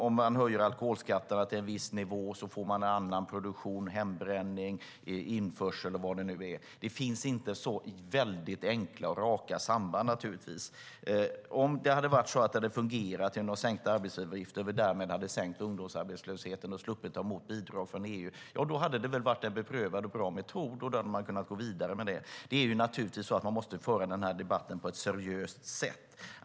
Om man höjer alkoholskatten till en viss nivå får vi en annan produktion, hembränning, införsel eller var det nu är. Det finns inte några enkla och raka samband. Om det hade fungerat med de sänkta arbetsgivaravgifterna och vi därmed hade fått minskad ungdomsarbetslöshet och hade sluppit ta emot bidrag från EU hade det varit en beprövad och bra metod, och man hade kunnat gå vidare med den. Man måste föra debatten på ett seriöst sätt.